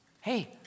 hey